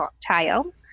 child